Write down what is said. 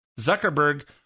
Zuckerberg